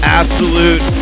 absolute